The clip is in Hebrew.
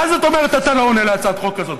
מה זאת אומרת שאתה לא עונה על הצעת החוק הזאת?